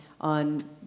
on